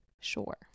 Sure